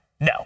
No